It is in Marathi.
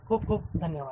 खूप खूप धन्यवाद